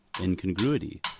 Incongruity